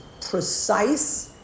precise